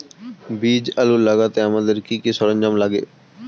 বীজ আলু লাগাতে আমাদের কি কি সরঞ্জাম লাগে?